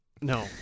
No